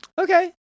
Okay